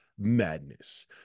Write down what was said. madness